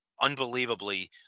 unbelievably